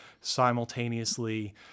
simultaneously